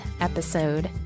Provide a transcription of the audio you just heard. episode